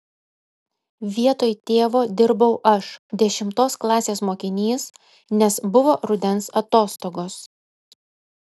vietoj tėvo dirbau aš dešimtos klasės mokinys nes buvo rudens atostogos